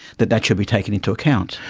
that that should be taken into account.